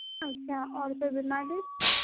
اچھا اور کوئی بیماری